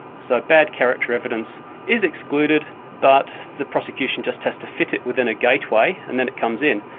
so bad character evidence is excluded, but the prosecution just has to fit it within a gateway and then it comes in.